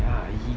yah he